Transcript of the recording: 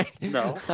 no